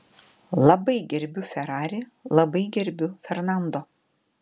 labai gerbiu ferrari labai gerbiu fernando